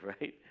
right